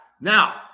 Now